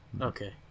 Okay